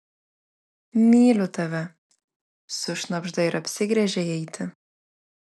myliu tave sušnabžda ir apsigręžia eiti